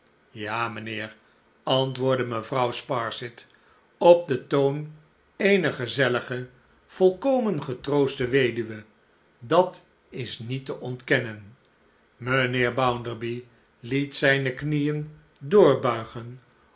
ja mijnheer antwoordde mevrouw sparsit op den toon eener gezellige volkomengetrooste weduwe dat is niet te ontkennen mijnheer bounderby liet zijne knieen doorbuigen